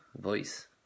voice